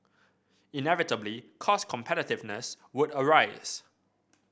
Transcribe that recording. inevitably cost competitiveness would arise